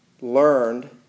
learned